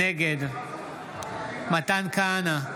נגד מתן כהנא,